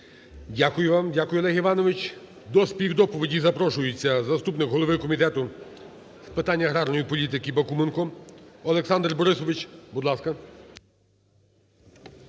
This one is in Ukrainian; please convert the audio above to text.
Дякую вам, дякую, Олег Іванович. До співдоповіді запрошується заступник голови Комітету з питань аграрної політики Бакуменко Олександр Борисович. Будь ласка.